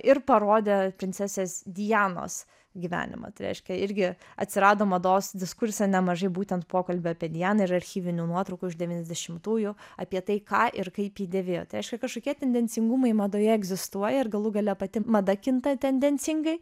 ir parodė princesės dianos gyvenimą tai reiškia irgi atsirado mados diskurse nemažai būtent pokalbio apie dianą ir archyvinių nuotraukų iš devyniasdešimtųjų apie tai ką ir kaip ji dėvėjot tai reiškia kažkokie tendencingumai madoje egzistuoja ir galų gale pati mada kinta tendencingai